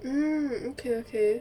mm okay okay